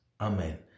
Amen